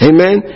Amen